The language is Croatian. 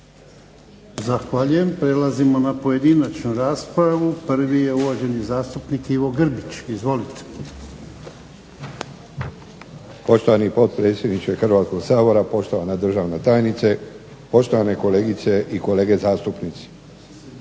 Zahvaljujem. Prelazimo na pojedinačnu raspravu. Prvi je uvaženi zastupnik Ivo Grbić. Izvolite. **Grbić, Ivo (HDZ)** Poštovani potpredsjedniče Hrvatskog sabora, poštovana državna tajnice, poštovane kolegice i kolege zastupnici.